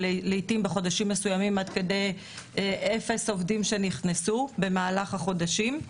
לעיתים בחודשים מסוימים עד כדי אפס עובדים שנכנסו במהלך החודשים.